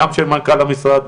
גם של מנכ"ל המשרד,